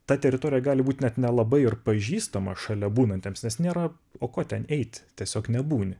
ta teritorija gali būt net nelabai ir pažįstamą šalia būnantiems nes nėra o ko ten eit tiesiog nebūni